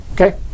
Okay